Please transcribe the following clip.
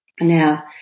Now